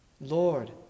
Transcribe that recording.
Lord